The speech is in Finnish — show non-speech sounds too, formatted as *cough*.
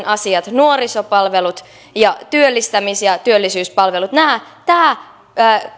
*unintelligible* asiat nuorisopalvelut ja työllistämis ja työllisyyspalvelut tämä